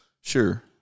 Sure